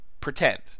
pretend